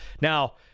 Now